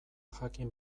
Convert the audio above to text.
jakin